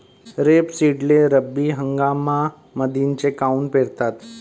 रेपसीडले रब्बी हंगामामंदीच काऊन पेरतात?